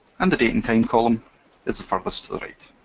and the date and time column is the furthest to the right.